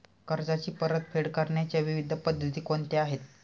कर्जाची परतफेड करण्याच्या विविध पद्धती कोणत्या आहेत?